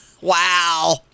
Wow